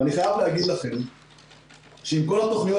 אני חייב להגיד לכם שעם כל התוכניות